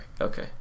okay